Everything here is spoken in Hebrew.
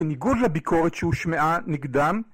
בניגוד לביקורת שהושמעה נגדם